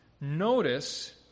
Notice